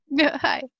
Hi